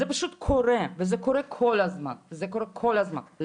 זה פשוט קורה וזה קורה כל הזמן, לכולם.